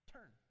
Turn